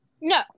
no